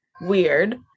weird